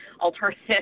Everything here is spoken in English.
alternative